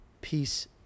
peace